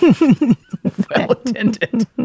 Well-attended